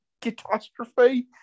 catastrophe